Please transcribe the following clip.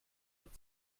wird